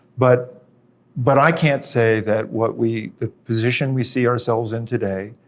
but but i can't say that what we, the position we see ourselves in today,